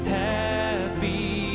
happy